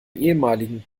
ehemaligen